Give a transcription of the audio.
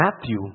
Matthew